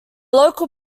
local